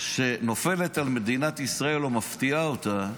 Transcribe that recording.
מלחמה שנופלת על מדינת ישראל או מפתיעה אותה,